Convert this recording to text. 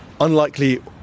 Unlikely